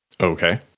Okay